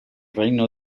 reino